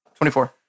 24